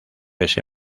ese